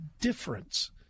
difference